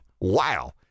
Wow